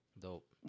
Dope